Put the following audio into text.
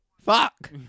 Fuck